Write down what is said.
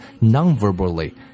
non-verbally